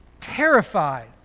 terrified